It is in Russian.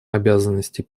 обязанностей